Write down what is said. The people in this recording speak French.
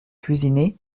cuisiner